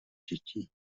dětí